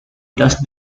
dust